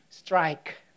strike